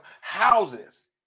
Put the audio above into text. houses